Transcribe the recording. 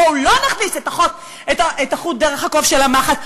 בואו לא נכניס את החוט דרך הקוף של המחט,